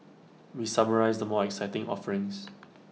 we summarise the more exciting offerings